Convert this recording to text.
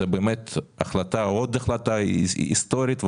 זאת באמת עוד החלטה היסטורית.